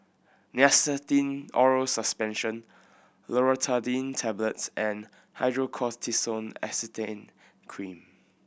Nystatin Oral Suspension Loratadine Tablets and Hydrocortisone Acetate Cream